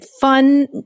fun